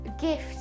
gift